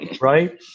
right